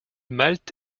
malte